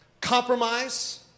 compromise